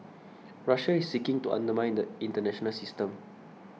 Russia is seeking to undermine the international system